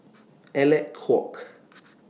Alec Kuok